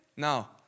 Now